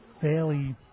fairly